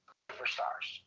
superstars